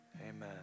amen